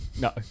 No